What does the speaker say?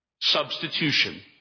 Substitution